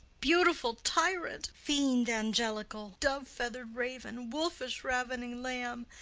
beautiful tyrant! fiend angelical! dove-feather'd raven! wolvish-ravening lamb!